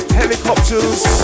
helicopters